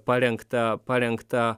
parengta parengta